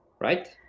right